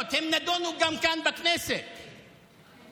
עכשיו אני חוזר על מה שאמרתי כשהח"כית הפריעה לי.